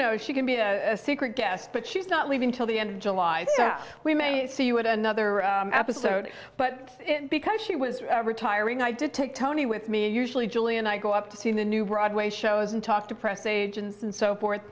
know she can be a secret guest but she's not leaving till the end of july so we may see you at another episode but because she was retiring i did take tony with me usually julie and i go up to see the new broadway shows and talk to press agents and so forth